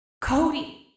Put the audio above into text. Cody